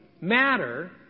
matter